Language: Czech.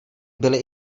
byly